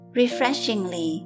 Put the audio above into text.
refreshingly